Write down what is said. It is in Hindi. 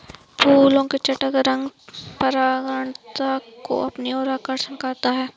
फूलों के चटक रंग परागणकर्ता को अपनी ओर आकर्षक करते हैं